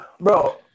bro